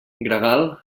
gregal